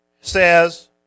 says